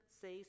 says